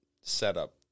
setup